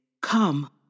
Come